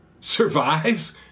survives